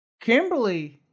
Kimberly